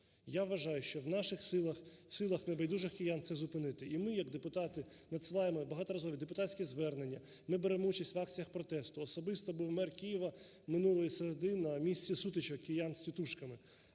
Я вважаю, що у наших силах, в силах небайдужих киян це зупинити. І ми як депутати надсилаємо і багаторазові депутатські звернення, ми беремо участь в акціях протесту. Особисто був мер Києва минулої середи на місці сутичок киян з тітушками,